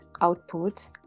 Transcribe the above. output